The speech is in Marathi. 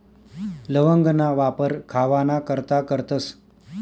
लवंगना वापर खावाना करता करतस